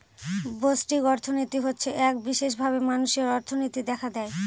ব্যষ্টিক অর্থনীতি হচ্ছে এক বিশেষভাবে মানুষের অর্থনীতি দেখা হয়